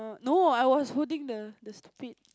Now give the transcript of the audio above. no I was holding the the stupid